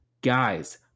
Guys